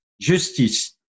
justice